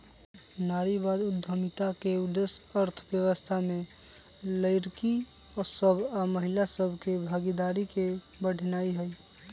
नारीवाद उद्यमिता के उद्देश्य अर्थव्यवस्था में लइरकि सभ आऽ महिला सभ के भागीदारी के बढ़ेनाइ हइ